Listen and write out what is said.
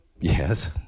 Yes